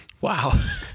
Wow